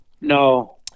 no